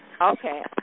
okay